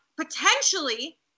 potentially